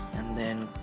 and then